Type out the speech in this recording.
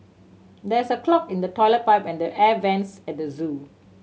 there is a clog in the toilet pipe and the air vents at the zoo